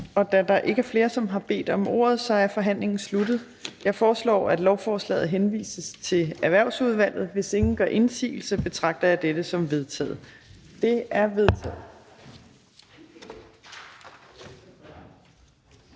og da der ikke er flere, som har bedt om ordet, er forhandlingen sluttet. Jeg foreslår, at lovforslaget henvises til Erhvervsudvalget. Hvis ingen gør indsigelse, betragter jeg dette som vedtaget. Det er vedtaget.